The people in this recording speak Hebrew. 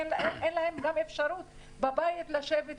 כי אין להם גם אפשרות בבית לשבת וללמוד,